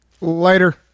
Later